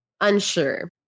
unsure